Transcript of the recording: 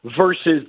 versus